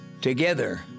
Together